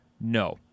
No